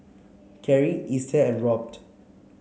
Cary Easter and Robt